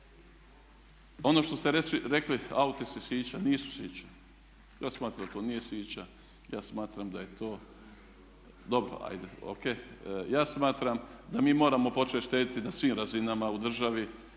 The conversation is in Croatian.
Ono što ste rekli auti su sića. Nisu sića, ja smatram da to nije sića, ja smatram da je to … /Upadica se ne razumije./… Dobro, ajde ok. Ja smatram da mi moramo početi štedjeti na svim razinama u državi